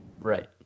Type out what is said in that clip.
right